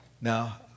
Now